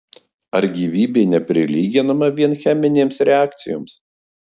ar gyvybė neprilyginama vien cheminėms reakcijoms